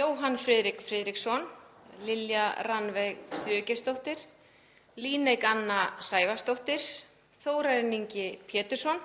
Jóhann Friðrik Friðriksson, Lilja Rannveig Sigurgeirsdóttir, Líneik Anna Sævarsdóttir, Þórarinn Ingi Pétursson,